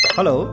Hello